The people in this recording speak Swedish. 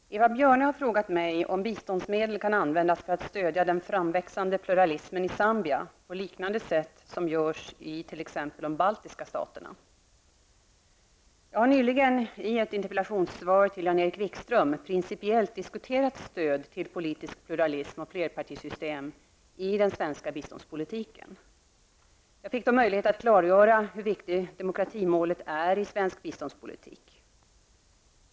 Herr talman! Eva Björne har frågat mig om biståndsmedel kan användas för att stödja den framväxande pluralismen i Zambia på liknande sätt som görs i t.ex. de baltiska staterna. Jag har nyligen i ett interpellationssvar till Jan-Erik Wikström principiellt diskuterat stöd till politisk pluralism och flerpartisystem i den svenska biståndspolitiken. Jag fick då möjlighet att klargöra hur viktigt demokratimålet är i svensk biståndspolitik.